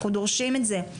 אנחנו דורשים את זה.